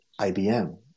IBM